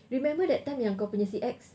remember that time yang kau punya si ex